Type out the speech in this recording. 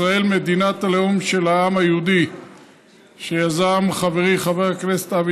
ישראל מדינת הלאום של העם היהודי שיזם חברי חבר הכנסת אבי